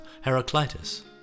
Heraclitus